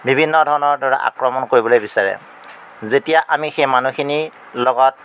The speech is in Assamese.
বিভিন্ন ধৰণৰ দ্বাৰা আক্ৰমণ কৰিবলৈ বিচাৰে যেতিয়া আমি সেই মানুহখিনিৰ লগত